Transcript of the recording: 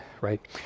right